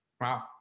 Wow